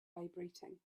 vibrating